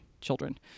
children